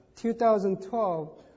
2012